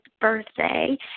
birthday